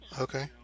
Okay